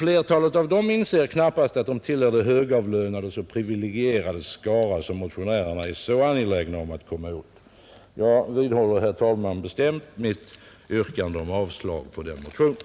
Flertalet av dessa inser knappast att de tillhör de högavlönades och privilegierades skara, som motionärerna är så angelägna att komma åt. Jag vidhåller, herr talman, mycket bestämt mitt yrkande om avslag på motionen.